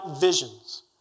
visions